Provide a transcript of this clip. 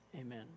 Amen